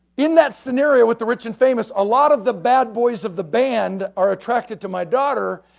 in that scenario with the rich and famous, a lot of the bad boys of the band are attracted to my daughter,